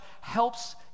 helps